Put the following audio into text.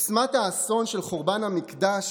עוצמת האסון של חורבן המקדש,